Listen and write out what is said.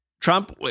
Trump